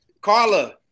Carla